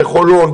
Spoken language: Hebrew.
בחולון,